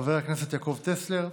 חבר הכנסת יעקב טסלר,